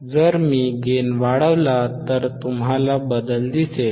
जर मी गेन वाढवला तर तुम्हाला बदल दिसेल